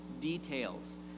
details